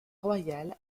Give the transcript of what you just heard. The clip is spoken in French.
royal